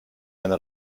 eine